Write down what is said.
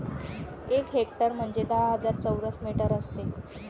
एक हेक्टर म्हणजे दहा हजार चौरस मीटर असते